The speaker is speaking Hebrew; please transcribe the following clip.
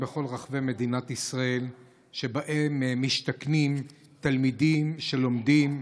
בכל רחבי מדינת ישראל ובהם משתכנים תלמידים שלומדים,